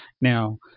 Now